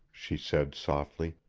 she said softly,